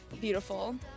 beautiful